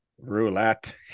Roulette